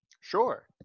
Sure